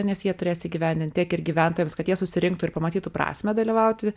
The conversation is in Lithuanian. nes jie turės įgyvendinti tiek ir gyventojams kad jie susirinktų ir pamatytų prasmę dalyvauti